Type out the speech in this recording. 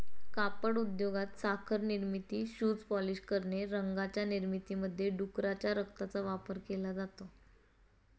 कापड उद्योगात, साखर निर्मिती, शूज पॉलिश करणे, रंगांच्या निर्मितीमध्ये डुकराच्या रक्ताचा वापर केला जातो